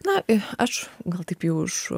na aš gal taip jau iš